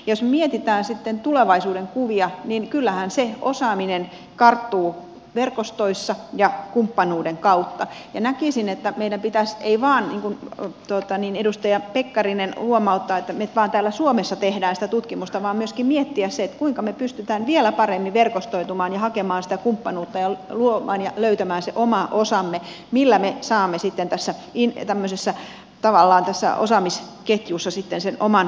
jos mietitään sitten tulevaisuudenkuvia niin kyllähän se osaaminen karttuu verkostoissa ja kumppanuuden kautta ja näkisin että meidän ei pitäisi niin kuin edustaja pekkarinen huomauttaa tehdä niin että me vain täällä suomessa teemme sitä tutkimusta vaan myöskin miettiä sitä kuinka me pystymme vielä paremmin verkostoitumaan ja hakemaan sitä kumppanuutta ja luomaan ja löytämään sen oman osamme millä me saamme sitten tavallaan tässä osaamisketjussa sitten sen oman osuutemme itsellemme